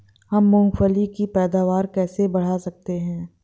हम मूंगफली की पैदावार कैसे बढ़ा सकते हैं?